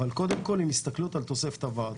אבל קודם כל עם הסתכלות על תוספת הוועדות.